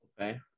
Okay